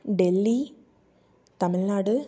Delhi Tamil Nadu